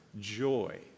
joy